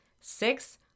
Six